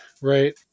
Right